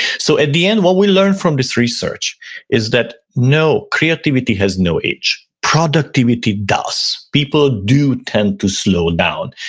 so at the end what we learned from this research is that no, creativity has no age, productivity does, people do tend to slow down,